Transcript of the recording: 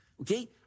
okay